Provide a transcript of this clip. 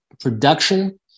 production